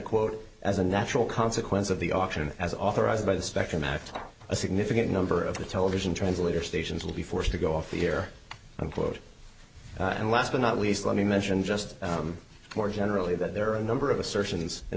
quote as a natural consequence of the auction as authorized by the spectrum act a significant number of the television translator stations will be forced to go off the air and quote and last but not least let me mention just more generally that there are a number of assertions